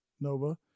nova